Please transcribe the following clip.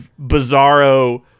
bizarro